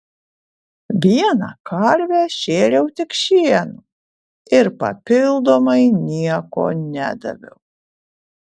vieną karvę šėriau tik šienu ir papildomai nieko nedaviau